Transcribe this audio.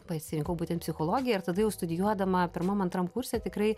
pasirinkau būtent psichologiją ir tada jau studijuodama pirmam antram kurse tikrai